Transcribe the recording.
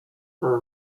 for